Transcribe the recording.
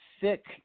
sick